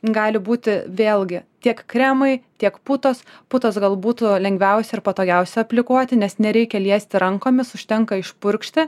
gali būti vėlgi tiek kremai tiek putos putos gal būtų lengviausia ir patogiausia aplikuoti nes nereikia liesti rankomis užtenka išpurkšti